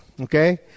Okay